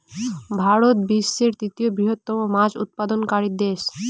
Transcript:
ভারত বিশ্বের তৃতীয় বৃহত্তম মাছ উৎপাদনকারী দেশ